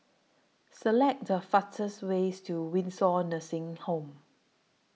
Select The fastest ways to Windsor Nursing Home